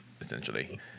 essentially